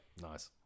nice